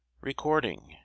Recording